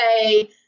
say